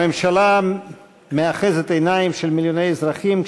הממשלה מאחזת את עיניהם של מיליוני אזרחים,